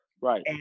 Right